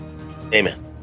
Amen